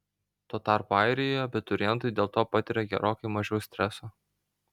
tuo tarpu airijoje abiturientai dėl to patiria gerokai mažiau streso